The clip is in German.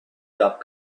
gab